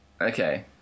Okay